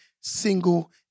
single